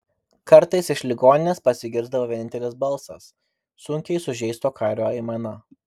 kartais iš ligoninės pasigirsdavo vienintelis balsas sunkiai sužeisto kario aimana